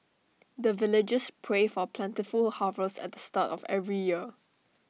the villagers pray for plentiful harvest at the start of every year